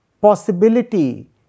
possibility